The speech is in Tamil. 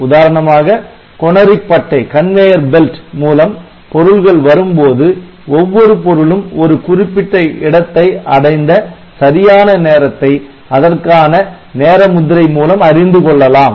உதாரணமாக கொணரிப் பட்டை மூலம் பொருள்கள் வரும்போது ஒவ்வொரு பொருளும் ஒரு குறிப்பிட்ட இடத்தை அடைந்த சரியான நேரத்தை அதற்கான நேர முத்திரை மூலம் அறிந்து கொள்ளலாம்